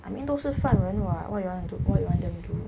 I mean 都是犯人 [what] you want to do what you want them to do